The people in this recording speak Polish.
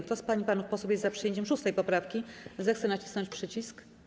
Kto z pań i panów posłów jest za przyjęciem 6. poprawki, zechce nacisnąć przycisk.